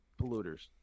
polluters